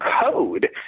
code